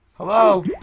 Hello